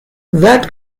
that